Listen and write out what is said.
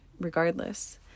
regardless